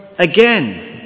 again